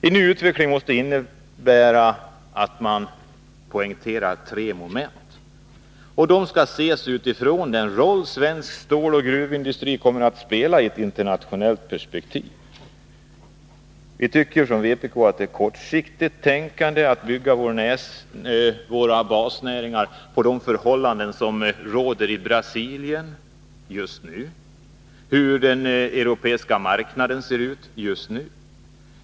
En ny utveckling måste innebära att man poängterar tre moment, och dessa skall ses utifrån den roll som svensk ståloch gruvindustri kommer att spela i ett internationellt perspektiv. Vi från vpk tycker att det är kortsiktigt tänkande att bygga våra basnäringar på de förhållanden som råder i Brasilien just nu och på hur den europeiska marknaden ser ut just nu.